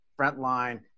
frontline